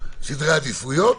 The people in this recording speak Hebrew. סדרי עדיפויות,